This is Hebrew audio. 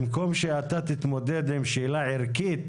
במקום שאתה תתמודד עם שאלה ערכית,